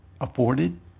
afforded